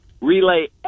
relay